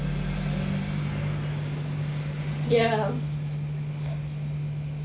ya